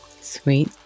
Sweet